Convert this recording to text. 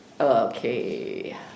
Okay